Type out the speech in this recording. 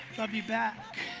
love you back.